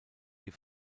die